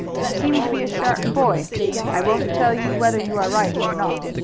you seem to be a sharp boy i won't tell you whether you are right or not.